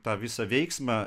tą visą veiksmą